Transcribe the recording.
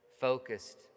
Focused